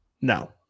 No